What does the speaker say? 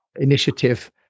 initiative